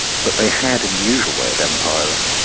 but they had in the usual way of empires,